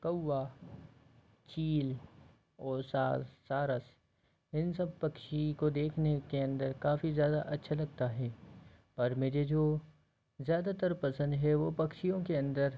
कौवा चील और सार सारस इन सभ पक्षी को देखने के अंदर काफ़ी ज़्यादा अच्छा लगता है पर मुझे जैसे ज़्यादातर पसंद है वो पक्षियों के अंदर